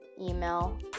email